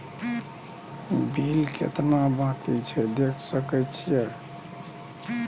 Bill केतना बाँकी छै देख सके छियै?